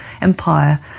empire